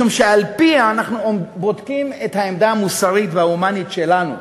משום שעל-פיה אנחנו בודקים את העמדה המוסרית וההומנית שלנו.